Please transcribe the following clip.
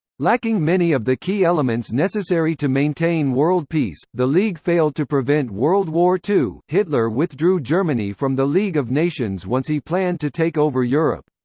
lacking many of the key elements necessary to maintain world peace, the league failed to prevent world war ii. hitler withdrew germany from the league of nations once he planned to take over europe.